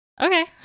Okay